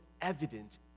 evident